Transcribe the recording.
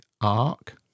arc